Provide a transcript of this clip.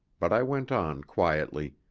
but i went on quietly